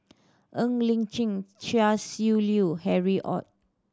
Ng Li Chin Chia Shi Lu Harry Ord